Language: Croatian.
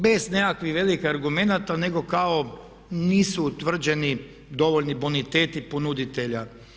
Bez nekakvih velikih argumenata nego kao nisu utvrđeni dovoljni boniteti ponuditelja.